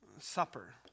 supper